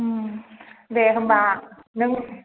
ओम दे होमबा नों